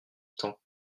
temps